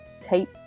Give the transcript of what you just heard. tape